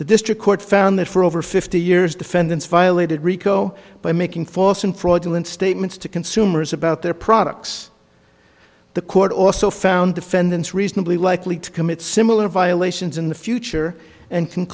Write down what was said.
the district court found that for over fifty years defendants violated rico by making false and fraudulent statements to consumers about their products the court also found defendants reasonably likely to commit similar violations in the future and